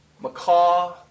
macaw